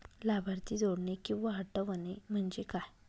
लाभार्थी जोडणे किंवा हटवणे, म्हणजे काय?